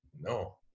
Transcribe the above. No